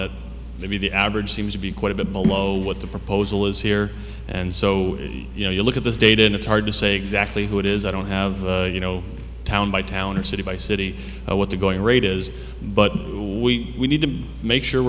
that maybe the average seems to be quite a bit below what the proposal is here and so you know you look at this data and it's hard to say exactly who it is i don't have you know town by town or city by city or what the going rate is but we need to make sure